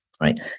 right